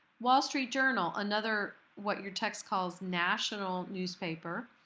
wall street journal, another what your text calls national newspaper